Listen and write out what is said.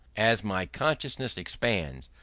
as my consciousness expands,